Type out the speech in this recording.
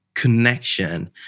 connection